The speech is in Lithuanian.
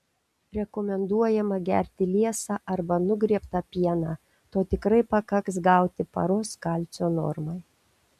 rekomenduojama gerti liesą arba nugriebtą pieną to tikrai pakaks gauti paros kalcio normai